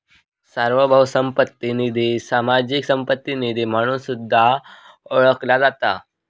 सार्वभौम संपत्ती निधी, सामाजिक संपत्ती निधी म्हणून सुद्धा ओळखला जाता